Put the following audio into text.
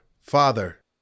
Father